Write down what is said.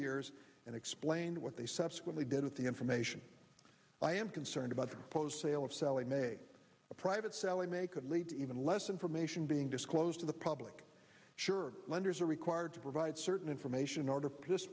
years and explained what they subsequently did with the information i am concerned about the post sale of sallie mae the private sallie mae could lead to even less information being disclosed to the public sure lenders are required to provide certain information order this